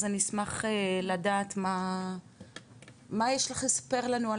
אז אני אשמח לדעת מה יש לך לספר לנו על